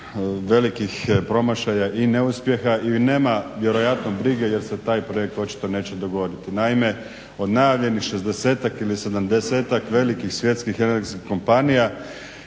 velikih promašaja i neuspjeha i nema vjerojatno brige jer se taj projekt očito neće dogoditi. Naime, od najavljenih šezdesetak ili sedamdesetak velikih svjetskih energetskih kompanija